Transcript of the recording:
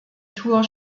tour